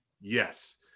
yes